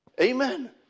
Amen